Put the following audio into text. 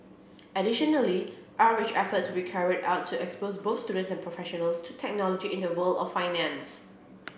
additionally outreach efforts will carried out to expose both student and professionals to technology in the world of finance